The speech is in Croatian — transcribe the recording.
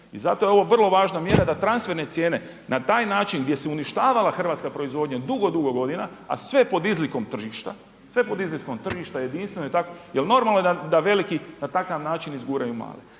I zato je ovo vrlo važna mjera da transferne cijene na taj način gdje se uništavala hrvatska proizvodnja dugo, dugo godina, a sve pod izlikom tržišta jedinstveno i tak jer normalno je da veliki na takav način izguraju male.